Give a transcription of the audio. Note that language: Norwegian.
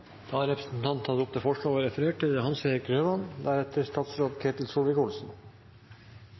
Da har representanten Trine Skei Grande tatt opp det forslaget hun refererte til.